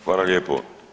Hvala lijepo.